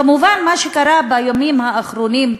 כמובן, מה שקרה בימים האחרונים,